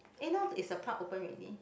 eh now is the park open already